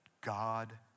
God